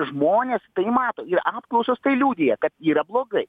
žmonės tai mato ir apklausos tai liudija kad yra blogai